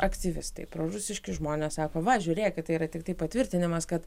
aktyvistai prorusiški žmonės sako va žiūrėkit tai yra tiktai patvirtinimas kad